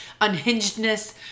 unhingedness